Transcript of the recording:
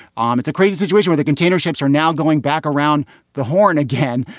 um it's a crazy situation where the container ships are now going back around the horn again.